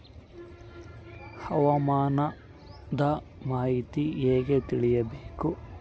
ಹವಾಮಾನದ ಮಾಹಿತಿ ಹೇಗೆ ತಿಳಕೊಬೇಕು?